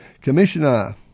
commissioner